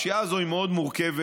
הפשיעה הזאת היא מאוד מורכבת.